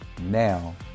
Now